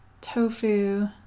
tofu